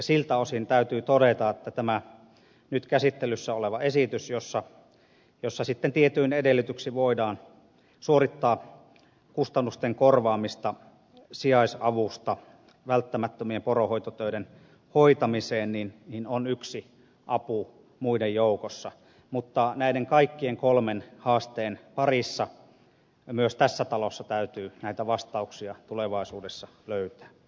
siltä osin täytyy todeta että tämä nyt käsittelyssä oleva esitys jossa tietyin edellytyksin voidaan suorittaa kustannusten korvaamista sijaisavusta välttämättömien poronhoitotöiden hoitamiseen on yksi apu muiden joukossa mutta näiden kaikkien kolmen haasteen parissa myös tässä talossa täytyy vastauksia tulevaisuudessa löytää